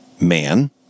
man